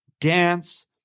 dance